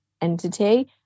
entity